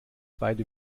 beide